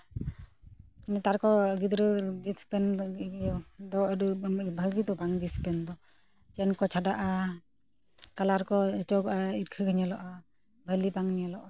ᱱᱮᱛᱟᱨ ᱠᱚ ᱜᱤᱫᱽᱨᱟᱹ ᱡᱤᱱᱥ ᱯᱮᱱ ᱵᱷᱟᱹᱜᱤ ᱤᱭᱟᱹ ᱟᱹᱰᱤ ᱵᱷᱟᱹᱜᱤ ᱫᱚ ᱵᱟᱝ ᱡᱤᱱᱥ ᱯᱮᱱ ᱫᱚ ᱪᱮᱱ ᱠᱚ ᱪᱷᱟᱰᱟᱜᱼᱟ ᱠᱟᱞᱟᱨ ᱠᱚ ᱚᱪᱚᱜᱚᱜᱼᱟ ᱦᱤᱨᱠᱷᱟᱹ ᱜᱮ ᱧᱮᱞᱚᱜᱚᱜᱼᱟ ᱵᱷᱟᱹᱞᱤ ᱵᱟᱝ ᱧᱮᱞᱚᱜᱼᱟ